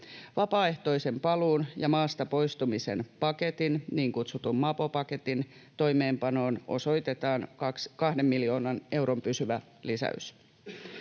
Vapaaehtoisen paluun ja maasta poistumisen paketin, niin kutsutun mapo-paketin, toimeenpanoon osoitetaan 2 miljoonan euron pysyvä lisäys.